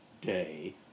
day